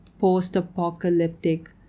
post-apocalyptic